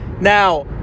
Now